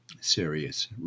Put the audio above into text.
serious